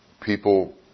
People